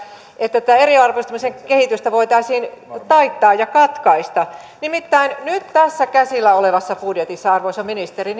tätä eriarvoistumisen kehitystä voitaisiin taittaa ja katkaista nimittäin nyt tässä käsillä olevassa budjetissa arvoisa ministeri